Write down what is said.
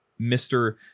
Mr